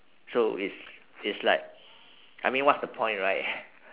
so it's it's like I mean what's the point right